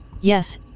Yes